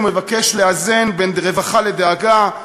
ומבקש לאזן בין רווחה לדאגה,